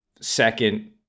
Second